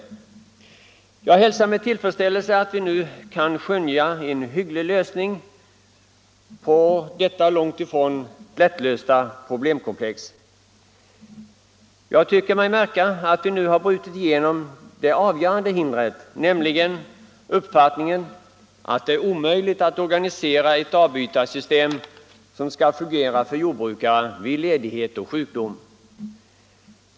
Jag hälsar med tillfredsställelse att vi nu kan skönja en hygglig lösning på detta långt ifrån lättlösta problem. Jag tycker mig märka att vi nu har brutit igenom det avgörande hindret, nämligen uppfattningen att det är omöjligt att organisera ett avbytarsystem för jordbrukare vid ledighet och sjukdom.